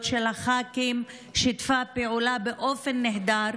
של חברי הכנסת ושיתפה פעולה באופן נהדר.